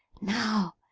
now.